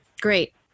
Great